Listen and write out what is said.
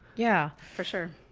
yeah, for sure.